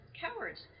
Cowards